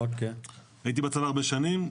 הייתי בצבא הרבה שנים,